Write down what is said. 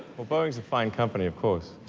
well, boeing's a fine company, of course.